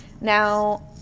Now